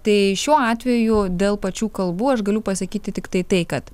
tai šiuo atveju dėl pačių kalbų aš galiu pasakyti tiktai tai kad